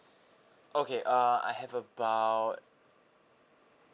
okay uh I have about